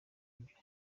imbere